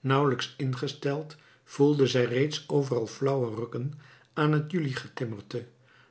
nauwelijks ingesteld voelde zij reeds overal flauwe rukken aan het juli getimmerte